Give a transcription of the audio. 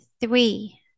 three